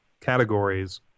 categories